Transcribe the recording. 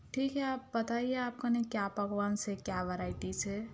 ٹھیک ہے آپ بتائیے آپ کو نے کیا پکوان ہے کیا ورائٹیز ہے